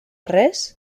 res